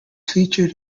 featured